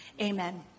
Amen